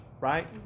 right